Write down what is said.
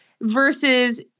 versus